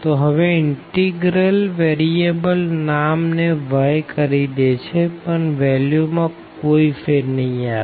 તો હવે integral variable નામ ને y કરી દે છે પણ વેલ્યુ માં કોઈ ફેર નહિ આવે